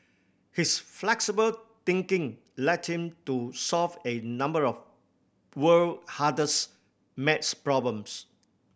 his flexible thinking led him to solve a number of world hardest math problems